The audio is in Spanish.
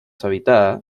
habitada